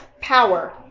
power